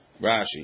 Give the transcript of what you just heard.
Rashi